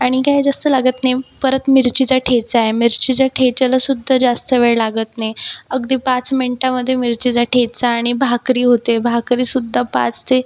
आणि काय जास्त लागत नाही परत मिरचीचा ठेचा आहे मिरचीच्या ठेच्याला सुद्धा जास्त वेळ लागत नाही अगदी पाच मिनटामध्ये मिरचीचा ठेचा आणि भाकरी होते भाकरी सुद्धा पाच ते